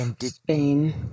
Spain